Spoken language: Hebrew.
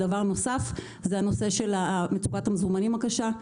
דבר נוסף הוא הנושא של מצוקת המזומנים הקשה.